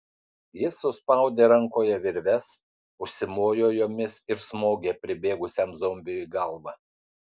jis suspaudė rankoje virves užsimojo jomis ir smogė pribėgusiam zombiui į galvą